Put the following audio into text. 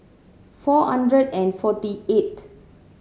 four hundred and forty eighth